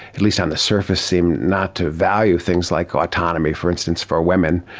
at least on the surface, seem not to value things like autonomy, for instance, for women,